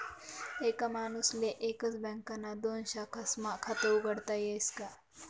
एक माणूसले एकच बँकना दोन शाखास्मा खातं उघाडता यस का?